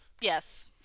Yes